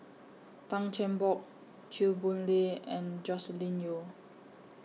Tan Cheng Bock Chew Boon Lay and Joscelin Yeo